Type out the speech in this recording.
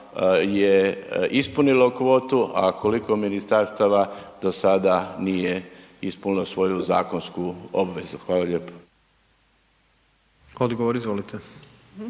je ispunilo kvotu, a koliko ministarstava do sada nije ispunilo svoju zakonsku obvezu? Hvala lijepo. **Jandroković,